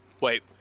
Wait